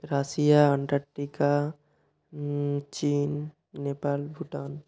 Russia Antarctica চিন নেপাল ভুটান